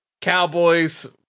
Cowboys